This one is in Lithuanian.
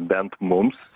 bent mums